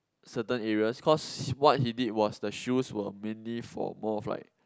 certain areas cause what he did was the shoes were mainly for more of like